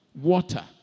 Water